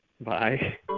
Bye